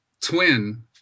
twin